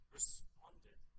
responded